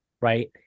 Right